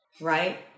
Right